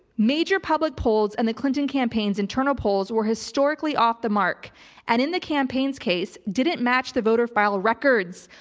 major public polls and the clinton campaign's internal polls where historically off the mark and in the campaign's case didn't match the voter file records,